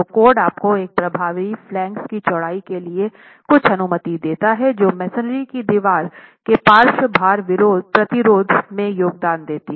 तो कोड आपको एक प्रभावी फ्लांगेस की चौड़ाई के लिए कुछ अनुमति देता है जो मेसनरी की दीवार के पार्श्व भार प्रतिरोध में योगदान देती है